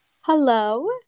Hello